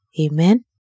Amen